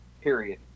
period